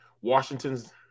Washington's